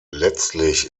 letztlich